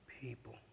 people